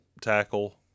Tackle